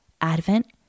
Advent